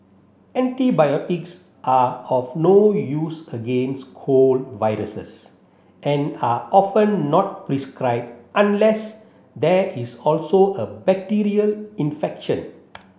antibiotics are of no use against cold viruses and are often not prescribed unless there is also a bacterial infection